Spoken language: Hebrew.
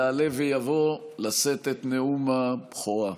יעלה ויבוא לשאת את נאום הבכורה.